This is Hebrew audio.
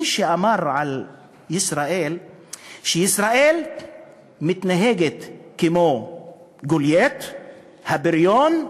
מי שאמר על ישראל שהיא מתנהגת כמו גוליית הבריון,